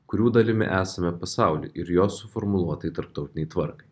kurių dalimi esame pasauly ir jo suformuluotai tarptautinei tvarkai